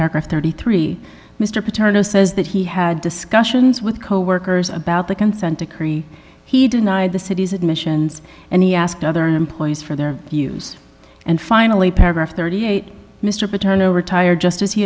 paragraph thirty three mr paterno says that he had discussions with coworkers about the consent decree he denied the city's admissions and he asked other employees for their views and finally paragraph thirty eight mr paterno retired just